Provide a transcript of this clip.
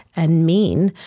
and mean,